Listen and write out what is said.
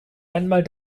einmal